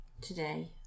Today